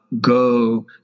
Go